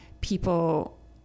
people